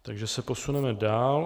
Takže se posuneme dál.